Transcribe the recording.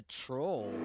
troll